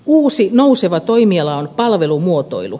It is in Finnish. uusi nouseva toimiala on palvelumuotoilu